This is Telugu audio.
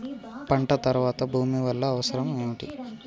పంట తర్వాత భూమి వల్ల అవసరం ఏమిటి?